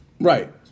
right